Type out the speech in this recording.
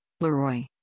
Leroy